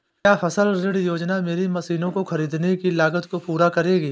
क्या फसल ऋण योजना मेरी मशीनों को ख़रीदने की लागत को पूरा करेगी?